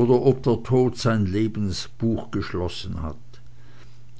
oder ob der tod sein lebensbuch geschlossen hat